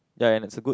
ya and it's a good